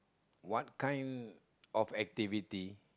what kind of activity